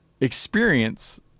experience